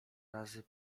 razy